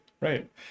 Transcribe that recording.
Right